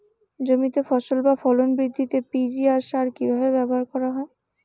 জমিতে ফসল বা ফলন বৃদ্ধিতে পি.জি.আর সার কীভাবে ব্যবহার করা হয়?